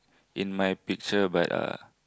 in my picture but uh